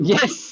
Yes